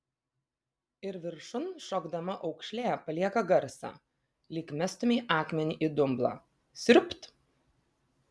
ir viršun šokdama aukšlė palieka garsą lyg mestumei akmenį į dumblą sriubt